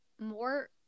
more